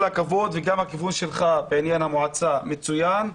כל הכבוד, וגם הכיוון שלך בעניין המועצה מצוין.